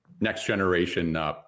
next-generation